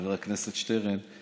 חבר הכנסת שטרן,